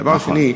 דבר שני,